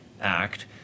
act